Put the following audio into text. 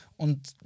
Und